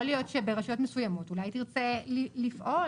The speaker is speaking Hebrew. יכול להיות שברשויות מסוימות אולי היא תרצה לפעול,